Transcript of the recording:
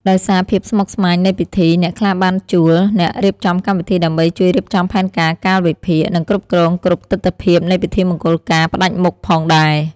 ដោយសារភាពស្មុគស្មាញនៃពិធី អ្នកខ្លះបានជួល អ្នករៀបចំកម្មវិធីដើម្បីជួយរៀបចំផែនការ កាលវិភាគ និងគ្រប់គ្រងគ្រប់ទិដ្ឋភាពនៃពិធីមង្គលការផ្តាច់មុខផងដែរ ។